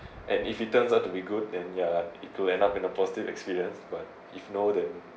and if it turns out to be good than ya it'll end up in a positive experience but if no then